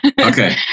okay